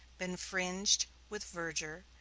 been fringed with verdure,